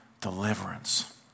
deliverance